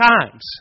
times